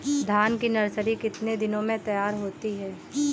धान की नर्सरी कितने दिनों में तैयार होती है?